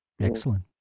excellent